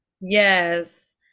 Yes